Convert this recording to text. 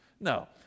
No